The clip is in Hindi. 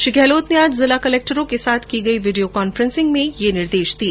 श्री गहलोत ने आज जिला कलेक्टरों के साथ की गई वीडियो कांफ्रेसिंग में यह निर्देश दिए